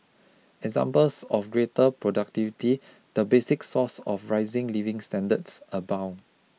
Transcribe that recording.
examples of greater productivity the basic source of rising living standards abound